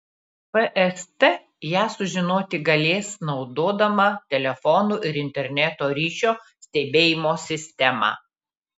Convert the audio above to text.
fst ją sužinoti galės naudodama telefonų ir interneto ryšio stebėjimo sistemą